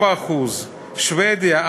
4%. שבדיה,